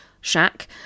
shack